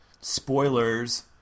Spoilers